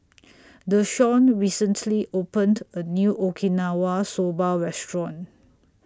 Dashawn recently opened A New Okinawa Soba Restaurant